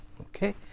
Okay